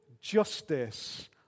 justice